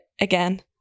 again